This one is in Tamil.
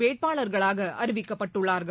வேட்பாளர்களாக அறிவிக்கப்பட்டுள்ளார்கள்